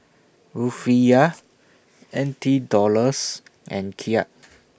Rufiyaa N T Dollars and Kyat